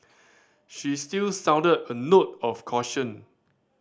she still sounded a note of caution